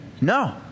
No